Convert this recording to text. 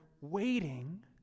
waiting